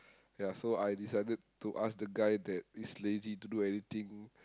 ya so I decided to ask the guy that this lady to do anything